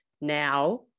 now